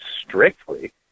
strictly